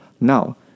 Now